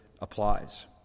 applies